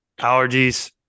allergies